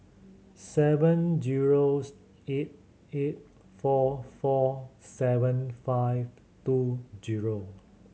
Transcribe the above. seven zero eight eight four four seven five two zero